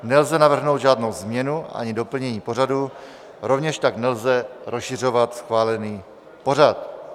Nelze navrhnout žádnou změnu ani doplnění pořadu, rovněž tak nelze rozšiřovat schválený pořad.